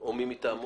או מי מטעמו.